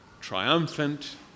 triumphant